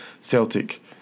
Celtic